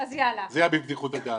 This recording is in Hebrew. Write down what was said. זה היה בבדיחות הדעת.